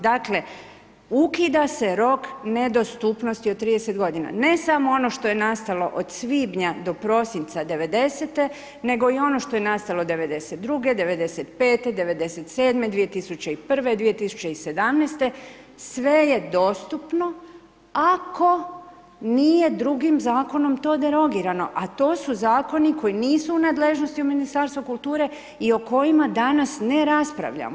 Dakle, ukida se rok nedostupnosti od 30 godina. ne samo ono što je nastalo od svibnja do prosinca '90., nego i ono što je nastalo '92., 95., 97., 2001., 2017., sve je dostupno ako nije drugim zakonom to derogirano, a to su zakoni koji nisu u nadležnosti Ministarstvu kulture i o kojima danas ne raspravljamo.